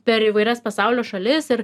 per įvairias pasaulio šalis ir